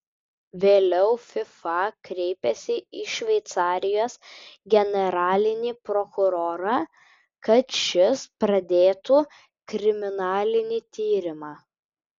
vėliau fifa kreipėsi į šveicarijos generalinį prokurorą kad šis pradėtų kriminalinį tyrimą